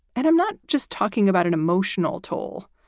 and i'm not just talking about an emotional toll,